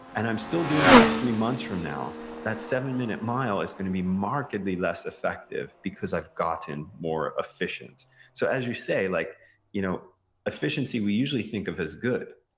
and i'm still doing that three months from now, that seven minute mile is going to be markedly less effective, because i've gotten more efficient so as you say, like you know efficiency we usually think of as good,